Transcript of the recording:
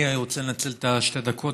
אני רוצה לנצל את שתי הדקות,